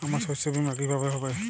আমার শস্য বীমা কিভাবে হবে?